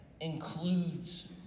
includes